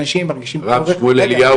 אנשים מרגישים צורך --- הרב שמואל אליהו